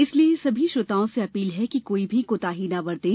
इसलिए सभी श्रोताओं से अपील है कि कोई भी कोताही न बरतें